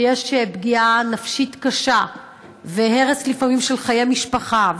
כשיש פגיעה נפשית קשה ולפעמים הרס של חיי משפחה,